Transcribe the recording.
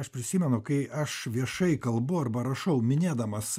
aš prisimenu kai aš viešai kalbu arba rašau minėdamas